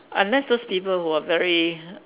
unless those people who are very